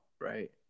Right